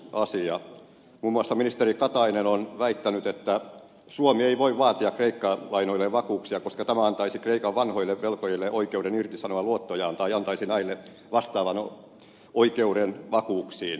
muun muassa ministeri katainen on väittänyt että suomi ei voi vaatia kreikka lainoille vakuuksia koska tämä antaisi kreikan vanhoille velkojille oikeuden irtisanoa luottojaan tai antaisi näille vastaavan oikeuden vakuuksiin